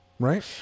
Right